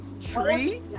tree